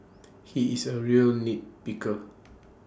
he is A real nit picker